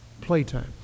playtime